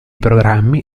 programmi